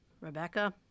Rebecca